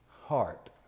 heart